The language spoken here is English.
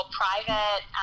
private